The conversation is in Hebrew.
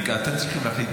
אם כך,